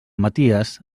maties